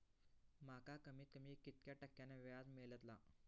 माका कमीत कमी कितक्या टक्क्यान व्याज मेलतला?